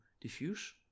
diffuse